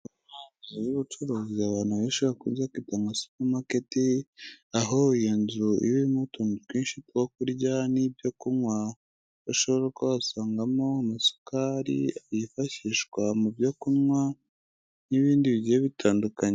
Inzu y'ubucuruzi abantu benshi iyo bakunze kwiga nka supamaketi, aho iyo nzu irimo utuntu twinshi two kurya n'ibyo kunywa, bashobora kuhasangamo amasukari yifashishwa mu byo kunywa n'ibindi bigiye bitandukanye.